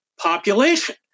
Population